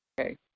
Okay